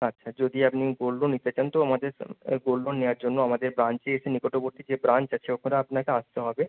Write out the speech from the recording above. আচ্ছা যদি আপনি গোল্ড লোন নিতে চান তো আমাদের গোল্ড লোন নেওয়ার জন্য আমাদের ব্রাঞ্চে এসে নিকটবর্তী যে ব্রাঞ্চ আছে ওখানে আপনাকে আসতে হবে